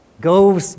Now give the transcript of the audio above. Go